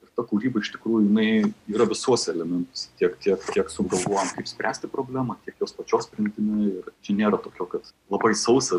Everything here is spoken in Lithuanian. ir ta kūryba iš tikrųjų jinai yra visuose elementuose tiek tiek kiek sugalvojant kaip spręsti problemą tiek jos pačios sprendiny ir čia nėra tokio kad labai sausa